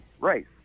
Race